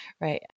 right